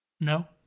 No